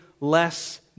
less